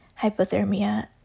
hypothermia